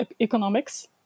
economics